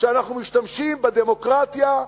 שאנחנו משתמשים בדמוקרטיה,